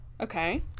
Okay